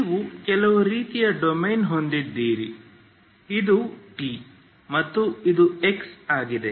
ನೀವು ಕೆಲವು ರೀತಿಯ ಡೊಮೇನ್ ಹೊಂದಿದ್ದೀರಿ ಇದು t ಮತ್ತು ಇದು x ಆಗಿದೆ